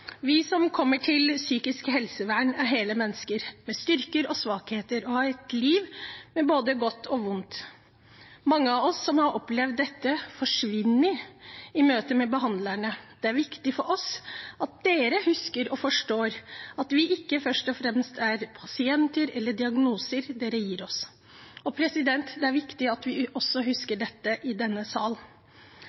som kommer til psykisk helsevern, er hele mennesker, med styrker og svakheter, og har et liv med både godt og vondt. Mange av oss har opplevd at dette «forsvinner» i møtet med behandlerne. Det er viktig for oss at dere husker og forstår at vi ikke først og fremst er «pasienter» eller diagnosene dere gir oss.» Det er viktig at vi også husker dette i denne sal.